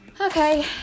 okay